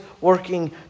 working